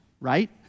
right